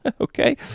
okay